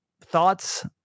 thoughts